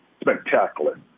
spectacular